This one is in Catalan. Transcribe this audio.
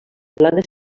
plana